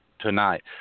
tonight